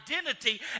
identity